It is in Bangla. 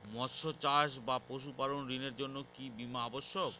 মৎস্য চাষ বা পশুপালন ঋণের জন্য কি বীমা অবশ্যক?